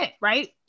right